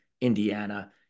Indiana